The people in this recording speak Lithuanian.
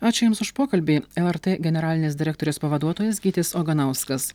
ačiū jums už pokalbį lrt generalinės direktorės pavaduotojas gytis oganauskas